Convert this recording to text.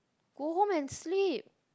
go home and sleep